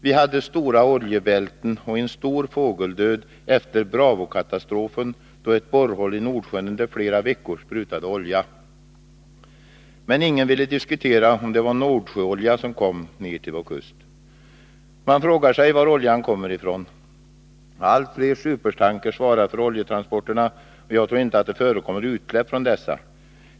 Vi hade stora oljebälten och en stor fågeldöd efter Bravo-katastrofen, då ett borrhål i Nordsjön under flera veckor sprutade olja. Men ingen ville diskutera om det var Nordsjöolja som kom ner till vår kust. Man frågar sig varifrån oljan kommer. Allt fler supertankrar svarar för oljetransporterna, och jag tror inte att det förekommer utsläpp från dessa.